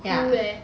ya